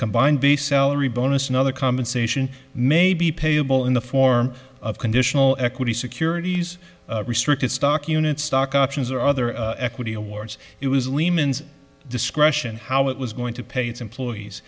combined base salary bonus and other compensation maybe payable in the form of conditional equity securities restricted stock units stock options or other equity awards it was lehman's discretion how it was going to pay its employees